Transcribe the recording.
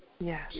Yes